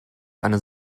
eine